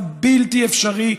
זה בלתי אפשרי,